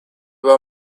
were